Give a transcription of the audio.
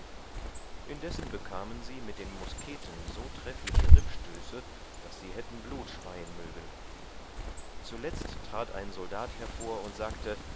indessen bekamen sie mit den musketen so treffliche ribbstöße daß sie hätten blut speien mögen zuletzt tratt ein soldat hervor und sagte